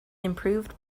improved